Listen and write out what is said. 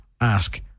ask